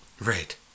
Right